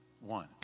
One